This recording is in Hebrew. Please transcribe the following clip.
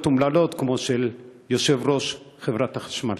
אומללות כמו של יושב-ראש בחברת החשמל.